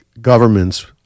governments